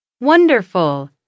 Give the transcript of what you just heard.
Wonderful